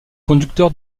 conducteur